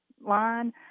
line